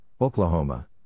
Oklahoma